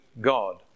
God